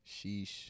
Sheesh